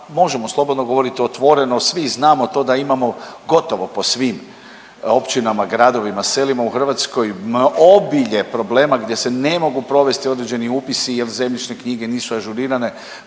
možemo slobodno govoriti otvoreno, svi znamo to da imamo gotovo po svim općinama, gradovima, selima u Hrvatskoj obilje problema gdje se ne mogu provesti određeni upisi jer zemljišne knjige nisu ažurirane